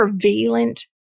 prevalent